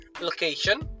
location